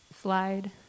slide